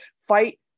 fight